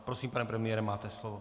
Prosím, pane premiére, máte slovo.